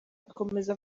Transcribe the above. akomeza